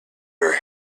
her